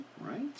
right